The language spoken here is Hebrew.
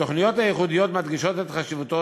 התוכניות הייחודיות מדגישות את חשיבותו